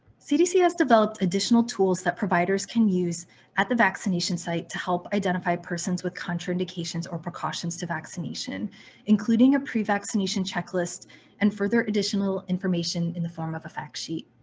cdc developed additional tools that providers can use at the vaccination site to help identify persons with contraindications or precautions to vaccination including pre-vaccination checklist and further additional information in the form of facts sheet.